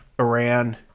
Iran